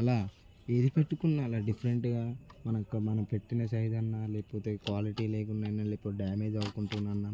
అలా ఏది పెట్టుకున్నా అలా డిఫరెంట్గా మనం మనం పెట్టిన సైజ్ అన్నా లేకపోతే క్వాలిటీ లేకుండానైనా లేకపోతే డామేజ్ అవుకుంటూనన్నా